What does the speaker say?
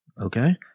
okay